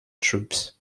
troops